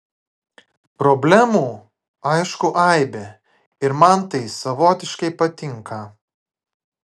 problemų aišku aibė ir man tai savotiškai patinka